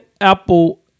apple